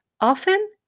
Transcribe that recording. often